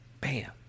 Bam